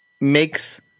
makes